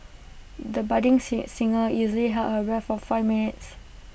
the budding sing singer easily held her breath for five minutes